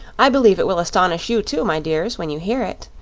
i believe it will astonish you, too, my dears, when you hear it.